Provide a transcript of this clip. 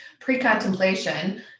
pre-contemplation